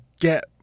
get